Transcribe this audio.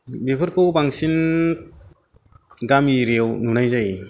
बेफोरखौ बांसिन गामि एरियाआव नुनाय जायो